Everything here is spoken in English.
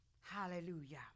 Hallelujah